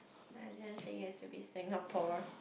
I didn't say yes to be Singapore